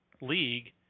league